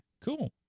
cool